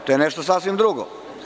To je nešto sasvim drugo.